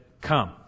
come